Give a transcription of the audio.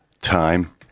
time